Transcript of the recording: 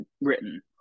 written